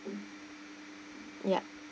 yup